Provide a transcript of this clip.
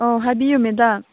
ꯑꯣ ꯍꯥꯏꯕꯤꯌꯨ ꯃꯦꯗꯥꯝ